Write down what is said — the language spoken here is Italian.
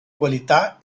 qualità